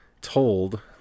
told